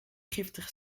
giftig